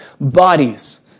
bodies